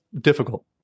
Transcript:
difficult